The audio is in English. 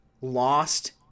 lost